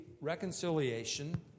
reconciliation